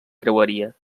creueria